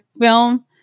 film